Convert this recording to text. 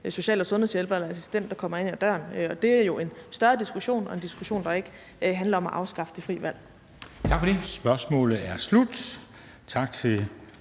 social- og sundhedshjælper eller -assistent, der kommer ind ad døren, og det er jo en større diskussion og en diskussion, der ikke handler om at afskaffe det frie valg.